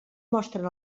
mostren